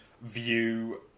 View